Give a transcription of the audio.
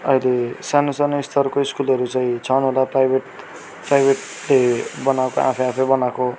अहिले सानो सानो स्तरको स्कुलहरू चाहिँ छन् होला प्राइबेट प्राइबेटले बनाएको आफैआफै बनाएको